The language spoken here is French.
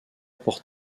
pour